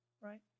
Right